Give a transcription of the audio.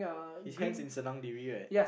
his hands in senang diri right